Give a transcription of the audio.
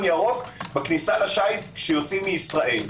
ירוק בכניסה לשייט כשיוצאים מישראל.